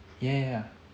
ya ya ya